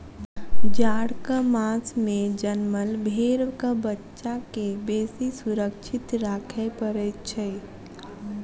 जाड़क मास मे जनमल भेंड़क बच्चा के बेसी सुरक्षित राखय पड़ैत छै